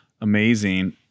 amazing